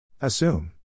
Assume